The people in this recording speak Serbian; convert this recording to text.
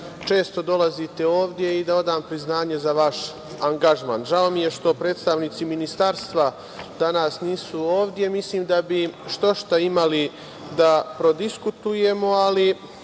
često dolazite ovde, i da odam priznanje za vaš angažman. Žao mi je što predstavnici ministarstva danas nisu ovde, mislim da bi štošta imali da prodiskutujemo, ali,